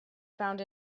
found